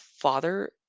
father